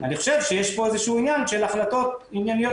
אני חושב שיש פה עניין של החלטות ענייניות